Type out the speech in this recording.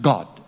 God